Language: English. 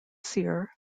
cyr